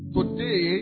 Today